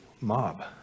mob